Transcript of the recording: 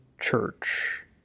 church